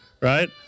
right